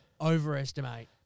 overestimate